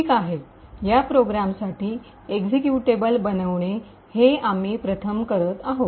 ठीक आहे या प्रोग्रामसाठी एक्झिक्युटेबल बनविणे हे आम्ही प्रथम करत आहोत